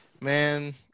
Man